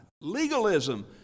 Legalism